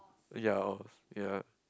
ya or ya